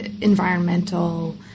environmental